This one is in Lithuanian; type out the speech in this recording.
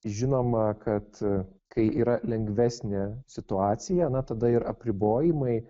žinoma kad kai yra lengvesnė situacija na tada ir apribojimai